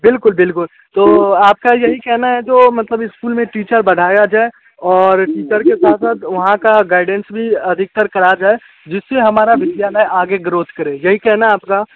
बिल्कुल बिल्कुल तो आपका यही कहना है जो मतलब स्कूल में टीचर बढ़ाया जाए और टीचर के साथ साथ वहाँ का गाइडेंस भी अधिकतर करा जाए जिससे हमारा विद्यालय आगे ग्रोथ करे यही कहना है आपका